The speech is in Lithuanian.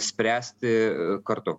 spręsti kartu